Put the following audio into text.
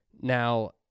Now